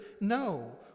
no